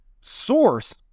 source